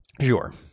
Sure